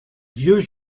vieux